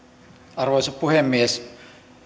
arvoisa puhemies